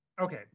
Okay